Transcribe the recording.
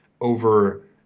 over